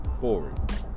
Forward